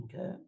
okay